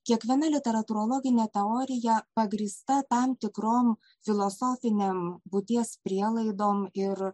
kiekviena literatūrologinė teorija pagrįsta tam tikrom filosofinėm būties prielaidom ir